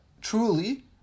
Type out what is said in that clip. truly